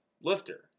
lifter